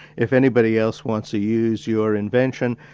if anybody else wants to use your invention,